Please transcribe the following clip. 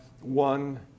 one